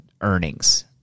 earnings